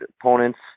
opponents